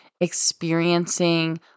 experiencing